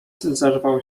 zerwał